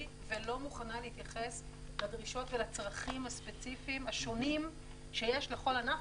ולא מוכנה להתייחס לדרישות ולצרכים הספציפיים השונים שיש לכל ענף.